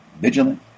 vigilant